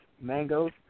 mangoes